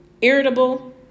irritable